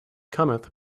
cometh